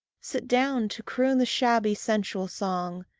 sit down to croon the shabby sensual song,